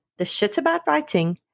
theshitaboutwriting